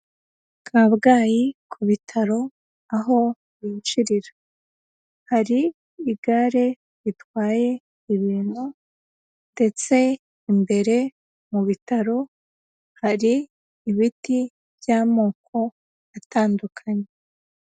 Kabgayi ku bitaro aho binjirira, hari igare ritwaye ibintu ndetse imbere mu bitaro hari ibiti by'amoko atandukanye.